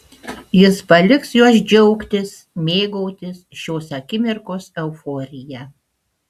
jis paliks juos džiaugtis mėgautis šios akimirkos euforija